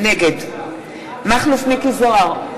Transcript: נגד מכלוף מיקי זוהר,